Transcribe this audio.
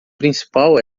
principal